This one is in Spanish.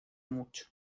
mucho